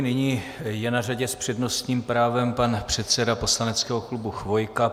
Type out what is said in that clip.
Nyní je na řadě s přednostním právem pan předseda poslaneckého klubu Chvojka.